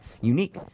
unique